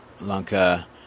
Lanka